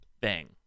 Bang